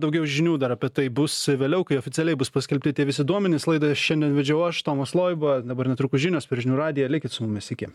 daugiau žinių dar apie tai bus vėliau kai oficialiai bus paskelbti tie visi duomenys laidą šiandien vedžiau aš tomas loiba dabar netrukus žinios per žinių radiją likit su mumis iki